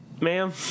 ma'am